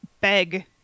beg